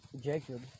Jacob